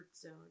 zone